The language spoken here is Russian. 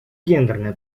гендерная